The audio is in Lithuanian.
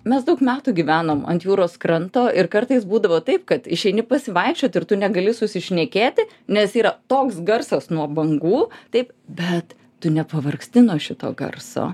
mes daug metų gyvenom ant jūros kranto ir kartais būdavo taip kad išeini pasivaikščiot ir tu negali susišnekėti nes yra toks garsas nuo bangų taip bet tu nepavargsti nuo šito garso